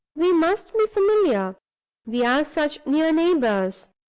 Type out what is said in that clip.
we must be familiar we are such near neighbors.